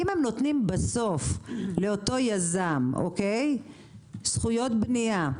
אם הם נותנים בסוף לאותו יזם זכויות בנייה,